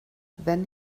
then